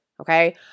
okay